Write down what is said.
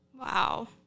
Wow